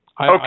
Okay